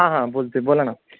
हां हां बोलते बोला ना